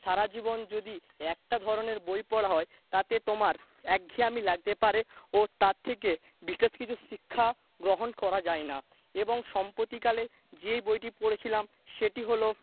সারা জীবন যদি একটা ধরনের বই পড়া হয় তাতে তোমার এক ঘেয়ামি লাগতে পারে ও তার থেকে বিশেষ কিছু শিক্ষা গ্রহণ করা যায় না এবং সম্প্রতিকালে যেই বইটি পড়েছিলাম সেটি হলো